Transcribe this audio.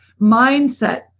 mindset